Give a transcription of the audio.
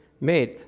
made